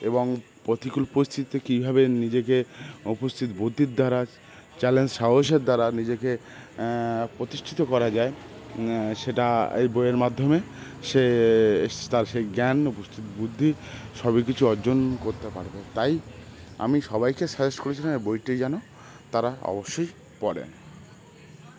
এবং প্রতিকূল পরিস্থিতিতে কীভাবে নিজেকে উপস্থিত বুদ্ধির দ্বারা চ্যালেঞ্জ সাহসের দ্বারা নিজেকে প্রতিষ্ঠিত করা যায় সেটা এই বইয়ের মাধ্যমে সে তার সে জ্ঞান উপস্থিত বুদ্ধি সবই কিছু অর্জন করতে পারবে তাই আমি সবাইকে সাজেস্ট করেছিলাম এই বইটি যেন তারা অবশ্যই পড়ে